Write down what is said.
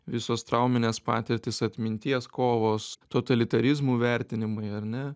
visos trauminės patirtys atminties kovos totalitarizmų vertinimai ar ne